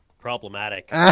problematic